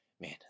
Man